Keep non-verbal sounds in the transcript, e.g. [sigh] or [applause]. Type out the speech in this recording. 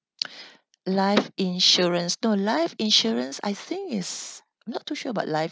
[breath] life insurance no life insurance I think is not too sure about life